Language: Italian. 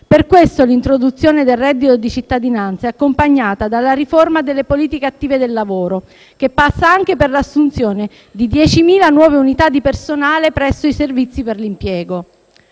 Per questo l'introduzione del reddito di cittadinanza è accompagnata dalla riforma delle politiche attive del lavoro che passa anche per l'assunzione di 10.000 nuove unità di personale presso i servizi per l'impiego.